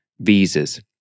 visas